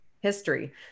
history